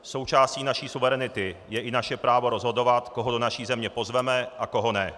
Součástí naší suverenity je i naše právo rozhodovat, koho do naší země pozveme a koho ne.